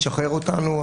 תשחרר אותנו,